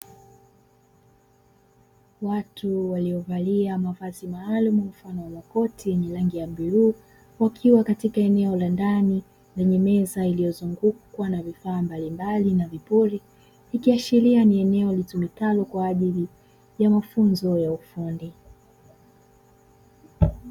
Watu waliovalia mavazi maalumu mfano wa makoti yenye rangi ya bluu, wakiwa katika eneo la ndani lenye meza iliyozungukwa na vifaa mbalimbali na vipuri, ikiashiria ni eneo litumikalo kwa ajili ya mafunzo ya ufundi.